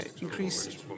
increase